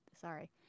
sorry